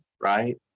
right